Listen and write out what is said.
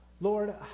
Lord